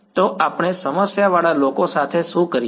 તો આપણે સમસ્યાવાળા લોકો સાથે શું કરીએ